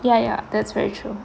ya ya that's very true